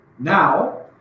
now